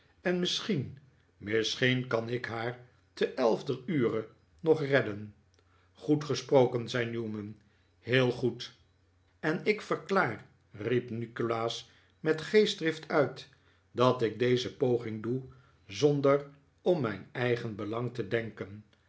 en misschien misschien kan ik haar te elfder ure nog redden goed gesproken zei newman heel goed en ik verklaar riep nikolaas met geestdrift uit dat ik deze poging doe zonder om mijn eigen belang te denken